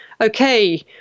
Okay